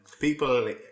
people